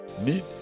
need